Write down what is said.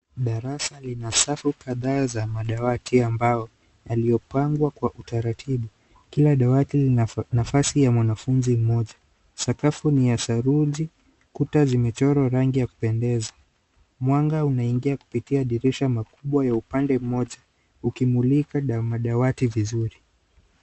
Darasa lina safu kadhaa za madawati ambao yaliopangwa kwa utaratibu. Kila dawati lina nafasi ya mwanafunzi mmoja. Sakafu ni ya saruji. Kuta zimechorwa rangi ya kupendeza. Mwanga unaingia kupitia dirisha makubwa ya upande mmoja ukimulika na madawati vizuri.